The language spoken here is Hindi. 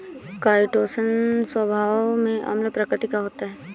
काइटोशन स्वभाव में अम्ल प्रकृति का होता है